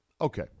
Okay